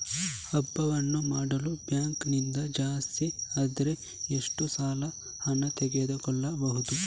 ಹಬ್ಬವನ್ನು ಮಾಡಲು ಬ್ಯಾಂಕ್ ನಿಂದ ಜಾಸ್ತಿ ಅಂದ್ರೆ ಎಷ್ಟು ಸಾಲ ಹಣ ತೆಗೆದುಕೊಳ್ಳಬಹುದು?